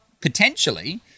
potentially